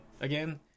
again